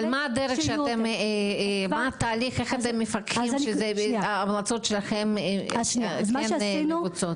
אבל מה הדרך ומה התהליך שאתם מפקחים שההמלצות שלכם כן קורות?